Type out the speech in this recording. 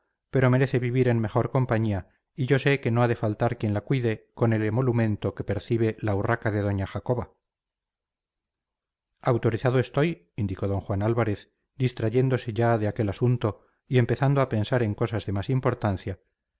pero merece vivir en mejor compañía y yo sé que no ha de faltar quien la cuide con el emolumento que percibe la urraca de doña jacoba autorizado estoy indicó d juan álvarez distrayéndose ya de aquel asunto y empezando a pensar en cosas de más importancia